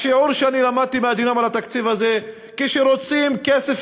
השיעור שאני למדתי מהדיונים על התקציב הזה: כשרוצים כסף,